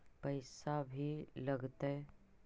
पैसा भी लगतय?